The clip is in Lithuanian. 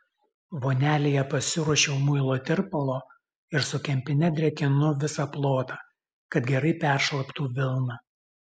vonelėje pasiruošiau muilo tirpalo ir su kempine drėkinu visą plotą kad gerai peršlaptų vilna